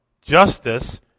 Justice